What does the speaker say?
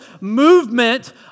movement